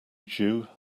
jew